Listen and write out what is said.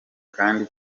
kandi